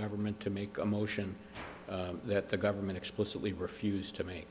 government to make a motion that the government explicitly refused to me